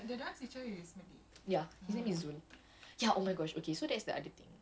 I don't know if it's cause like he only listens to guy artists ke apa besides beyonce